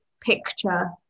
picture